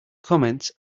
comments